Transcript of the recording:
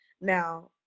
now